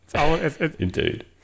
Indeed